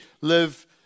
live